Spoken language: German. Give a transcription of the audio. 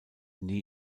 nie